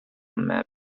map